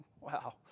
Wow